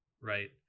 right